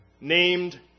named